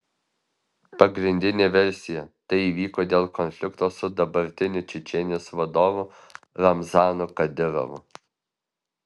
pagrindinė versija tai įvyko dėl konflikto su dabartiniu čečėnijos vadovu ramzanu kadyrovu